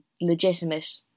legitimate